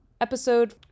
episode